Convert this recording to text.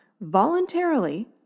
voluntarily